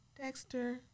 Dexter